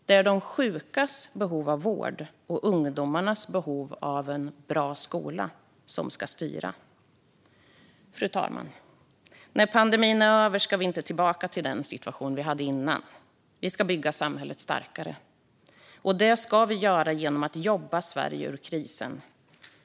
Det är de sjukas behov av vård och ungdomarnas behov av en bra skola som ska styra. Fru talman! När pandemin är över ska vi inte tillbaka till den situation vi hade innan. Vi ska bygga samhället starkare, och det ska vi göra genom att jobba Sverige ur krisen.